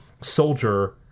soldier